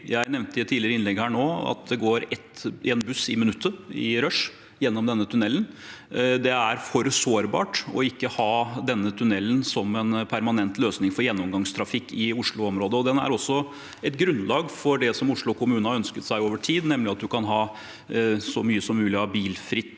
Jeg nevnte i et tidligere innlegg her at det går én buss i minuttet gjennom denne tunnelen i rushtiden. Det er for sårbart ikke å ha denne tunnelen som en permanent løsning for gjennomgangstrafikk i osloområdet. Den er også et grunnlag for det som Oslo kommune har ønsket seg over tid, nemlig at man kan ha så mye som mulig av bilfritt